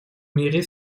мире